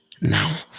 Now